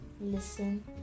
Listen